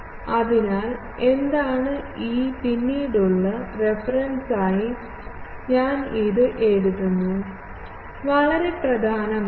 അതിനാൽ എന്താണ് E പിന്നീടുള്ള റഫറൻസിനായി ഞാൻ ഇത് എഴുതുന്നു വളരെ പ്രധാനമാണ്